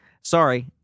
Sorry